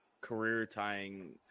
career-tying